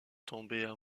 tomber